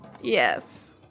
Yes